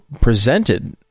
presented